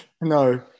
no